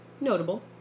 Notable